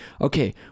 Okay